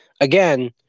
again